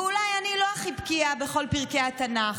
ואולי אני לא הכי בקיאה בכל פרקי התנ"ך,